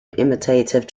imitative